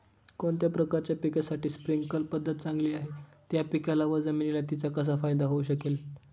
कोणत्या प्रकारच्या पिकासाठी स्प्रिंकल पद्धत चांगली आहे? त्या पिकाला व जमिनीला तिचा कसा फायदा होऊ शकेल?